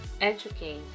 educate